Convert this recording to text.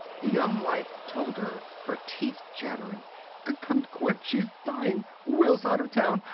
the young wife told her, her teeth chattering come quick! she's dying! will's out of town.